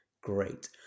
great